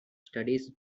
studies